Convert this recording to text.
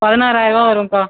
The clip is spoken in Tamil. பதினாறாயிரரூபாய் வரும் அக்கா